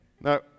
No